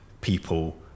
People